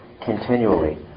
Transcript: continually